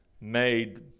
made